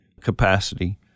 capacity